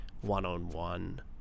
one-on-one